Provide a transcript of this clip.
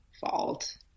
fault